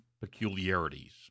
peculiarities